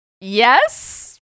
Yes